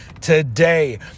today